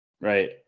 right